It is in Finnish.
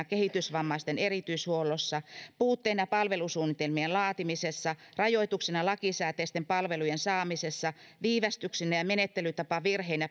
kehitysvammaisten erityishuollossa puutteina palvelusuunnitelmien laatimisessa rajoituksina lakisääteisten palvelujen saamisessa viivästyksinä ja menettelytapavirheinä